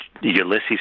Ulysses